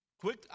Quick